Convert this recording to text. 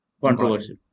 controversial